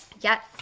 Yes